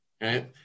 right